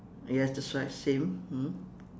ya that's right same mm